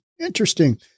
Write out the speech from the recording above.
Interesting